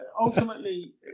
ultimately